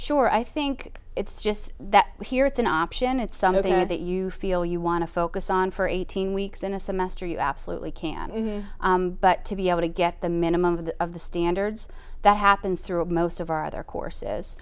sure i think it's just that here it's an option it's something that you feel you want to focus on for eighteen weeks in a semester you absolutely can but to be able to get the minimum of of the standards that happens throughout most of our other courses